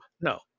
no